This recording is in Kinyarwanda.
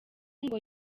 ngo